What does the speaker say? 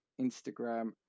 instagram